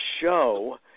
show